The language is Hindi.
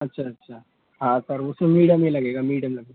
अच्छा अच्छा हाँ सर उसमें मीडियम ही लगेगा मीडियम लगे